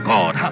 God